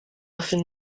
nothing